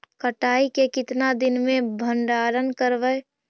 कटाई के कितना दिन मे भंडारन करबय?